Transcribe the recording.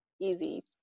easy